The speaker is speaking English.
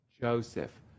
Joseph